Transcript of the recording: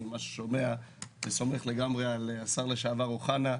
אני סומך לגמרי על השר לשעבר אוחנה,